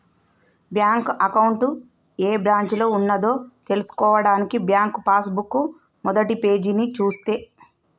bank account ఏ బ్రాంచిలో ఉన్నదో తెల్సుకోవడానికి బ్యాంకు పాస్ బుక్ మొదటిపేజీని చూస్తే